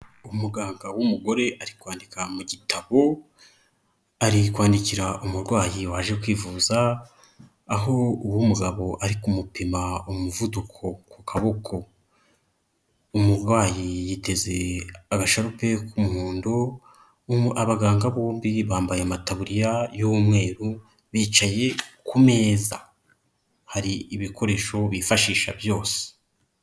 Umuganga w'umugore ari kwandika mu gitabo arikwandikira umurwayi waje kwivuza aho uwo mugabo ari kumupima umuvuduko ku kaboko, umurwayi yiteze agasharupe k'umuhondo abaganga bombi bambaye amataburiya y'umweru bicaye ku meza. Hari ibikoresho bifashisha byose.